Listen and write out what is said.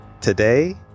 Today